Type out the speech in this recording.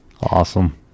Awesome